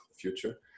future